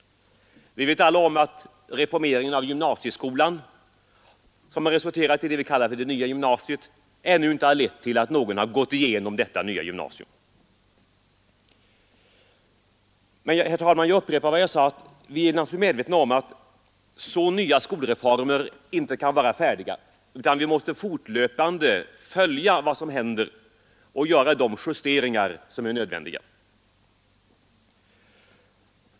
Vi vet alla att reformeringen av gymnasieskolan, som resulterat i det som vi kallar det nya gymnasiet, ännu inte lett till att någon har gått igenom detta nya gymnasium. Vi är sålunda medvetna om att man fortlöpande måste följa vad som händer och göra de justeringar som är nödvändiga.